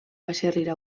baserria